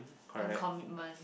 and commitment